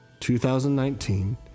2019